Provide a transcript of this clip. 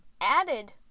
added